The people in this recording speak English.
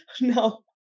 No